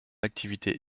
activité